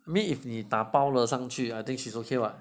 I mean 你打包了上去 I think she's okay [what]